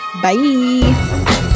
Bye